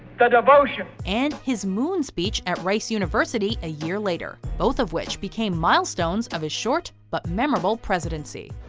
the devotion. and his moon speech at rice university a year later, both of which became milestones of his short but memorable presidency.